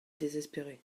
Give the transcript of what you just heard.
désespéré